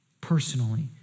personally